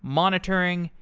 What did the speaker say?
monitoring,